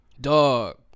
Dog